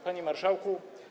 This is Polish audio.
Panie Marszałku!